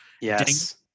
yes